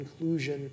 inclusion